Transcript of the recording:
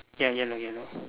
ya yellow yellow